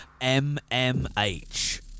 MMH